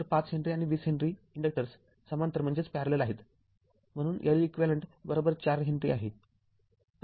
तर ५ हेनरी आणि २० henry inductors समांतर आहेत म्हणून Leq४ हेनरी आहे